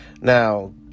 Now